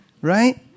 right